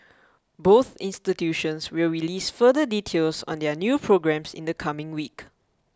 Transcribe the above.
both institutions will release further details on their new programmes in the coming week